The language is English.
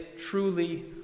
truly